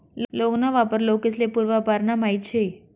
लौंग ना वापर लोकेस्ले पूर्वापारना माहित शे